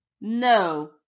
No